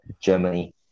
Germany